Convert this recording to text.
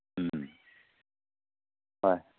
ꯎꯝ ꯍꯣꯏ